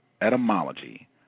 etymology